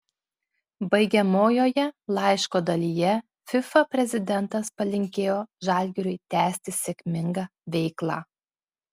baigiamojoje laiško dalyje fifa prezidentas palinkėjo žalgiriui tęsti sėkmingą veiklą